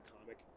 comic